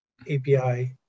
API